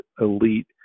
elite